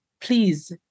please